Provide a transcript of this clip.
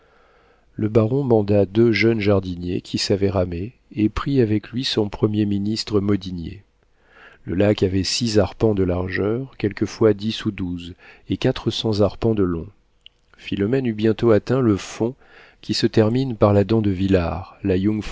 le baron manda deux jeunes jardiniers qui savaient ramer et prit avec lui son premier ministre modinier le lac avait six arpents de largeur quelquefois dix ou douze et quatre cents arpents de long philomène eut bientôt atteint le fond qui se termine par la dent de vilard